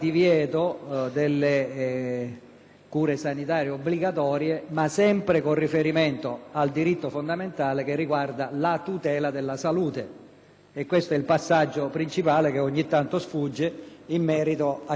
cure sanitarie obbligatorie, ma sempre con riferimento al diritto fondamentale della tutela della salute. E questo è il passaggio principale che ogni tanto sfugge in merito a ciò che statuisce l'articolo 32.